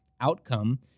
outcome